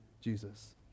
Jesus